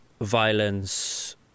violence